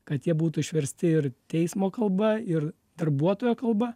kad jie būtų išversti ir teismo kalba ir darbuotojo kalba